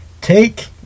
take